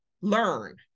learn